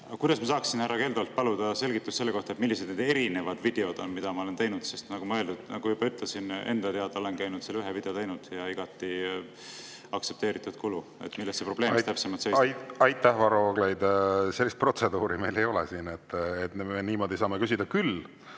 Kuidas ma saaksin härra Keldolt paluda selgitust selle kohta, millised need erinevad videod on, mida ma olen teinud? Nagu ma juba ütlesin, enda teada olengi teinud ainult selle ühe video, ja see on igati aktsepteeritud kulu. Milles see probleem täpsemalt seisneb? Aitäh, Varro Vooglaid! Sellist protseduuri meil ei ole siin, et me niimoodi saame küsida. Küll